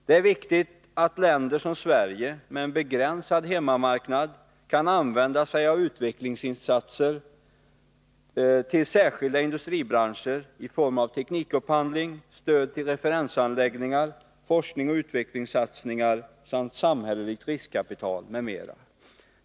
Det är viktigt att länder som Sverige, med en begränsad hemmamarknad, kan använda sig av utvecklingsinsatser i särskilda industribranscher i form av teknikupphandling, stöd till referensanläggningar, forskning och utvecklingssatsningar, samhälleligt riskkapital m.m.